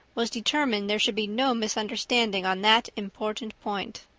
was determined there should be no misunderstanding on that important point.